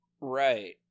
right